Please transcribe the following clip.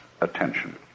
attention